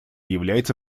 являются